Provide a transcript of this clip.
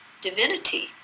divinity